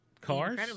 Cars